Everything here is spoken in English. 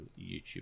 YouTube